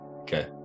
Okay